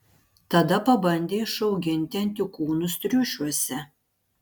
tada pabandė išauginti antikūnus triušiuose